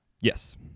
Yes